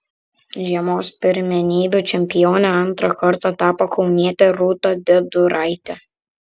žiemos pirmenybių čempione antrą kartą tapo kaunietė rūta deduraitė